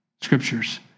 scriptures